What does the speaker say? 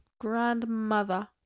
Grandmother